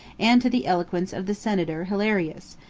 and to the eloquence of the senator hilarius,